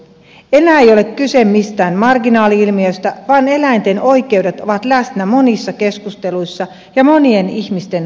enää ei ole kyse mistään marginaali ilmiöstä vaan eläinten oikeudet ovat läsnä monissa keskusteluissa ja monien ihmisten toimesta